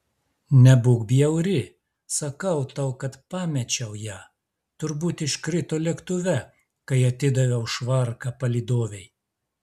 nebūk bjauri sakau tau kad pamečiau ją turbūt iškrito lėktuve kai atidaviau švarką palydovei